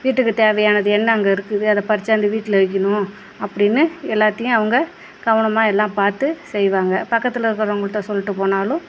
வீட்டுக்கு தேவையானது என்ன அங்கே இருக்குது அதை பறிச்சாந்து வீட்டில் வைக்கணும் அப்படின்னு எல்லாத்தையும் அவங்க கவனமாக எல்லாம் பார்த்து செய்வாங்க பக்கத்தில் இருக்கறவங்கள்ட்ட சொல்லிட்டு போனாலும்